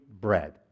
bread